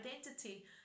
identity